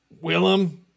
Willem